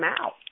out